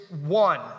one